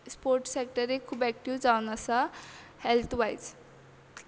sports sector एक खूब active जावन आसा हॅल्त वायज